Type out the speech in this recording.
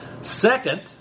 Second